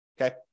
okay